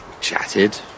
Chatted